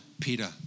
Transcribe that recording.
Peter